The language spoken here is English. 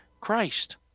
Christ